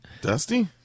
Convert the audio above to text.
Dusty